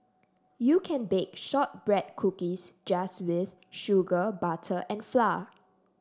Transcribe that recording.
you can bake shortbread cookies just with sugar butter and flour